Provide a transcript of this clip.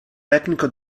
tecnico